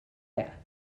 that